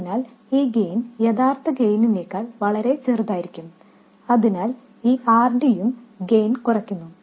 അതിനാൽ ഈ ഗെയിൻ യഥാർത്ഥ ഗെയിനിനേക്കാൾ വളരെ ചെറുതായിരിക്കും അതിനാൽ ഈ RD യും ഗെയിൻ കുറയ്ക്കുന്നു